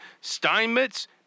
Steinmetz